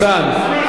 ניצן,